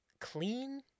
clean